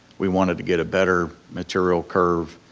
we wanted to get a better material curve,